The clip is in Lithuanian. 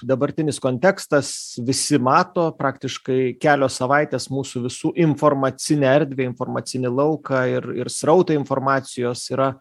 dabartinis kontekstas visi mato praktiškai kelios savaitės mūsų visų informacinę erdvę informacinį lauką ir ir srautą informacijos yra